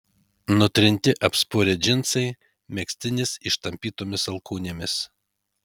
nutrinti apspurę džinsai megztinis ištampytomis alkūnėmis